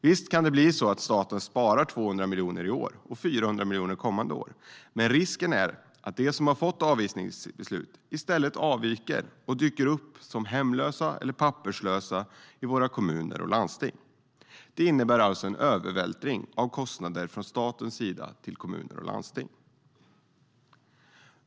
Visst kan det bli så att staten sparar 200 miljoner i år och 400 miljoner kommande år, men risken är att de som har fått avvisningsbeslut i stället avviker och dyker upp som hemlösa eller papperslösa i våra kommuner och landsting. Det innebär alltså en övervältring av kostnader från statens sida till kommuner och landsting.